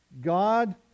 God